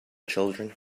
children